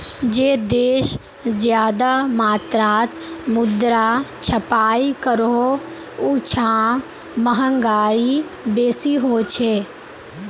जे देश ज्यादा मात्रात मुद्रा छपाई करोह उछां महगाई बेसी होछे